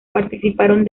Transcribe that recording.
participaron